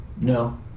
No